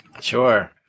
Sure